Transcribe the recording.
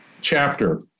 chapter